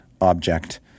object